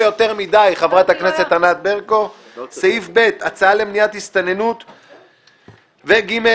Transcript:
הצעת חוק למניעת הסתננות(עבירות ושיפוט)(הוראת שעה)